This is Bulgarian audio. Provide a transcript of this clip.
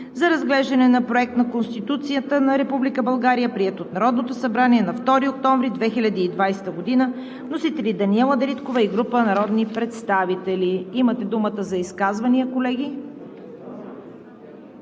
за разглеждане на Проект на Конституцията на Република България, прието от Народното събрание на 2 октомври 2020 г. Вносител – Даниела Дариткова и група народни представители.“ Имате думата за изказвания, колеги.